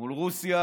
מול רוסיה,